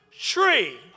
tree